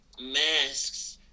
masks